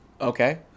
Okay